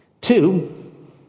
Two